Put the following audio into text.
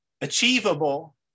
achievable